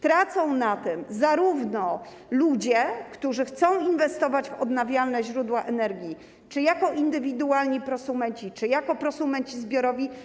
Tracą na tym ludzie, którzy chcą inwestować w odnawialne źródła energii czy jako indywidualni prosumenci, czy jako prosumenci zbiorowi.